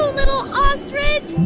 little ostrich.